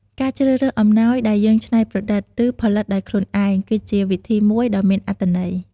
ការជ្រើសរើសអំណោយដែលយើងច្នៃប្រឌិត ឬផលិតដោយខ្លួនឯង គឺជាវិធីមួយដ៏មានអត្ថន័យ។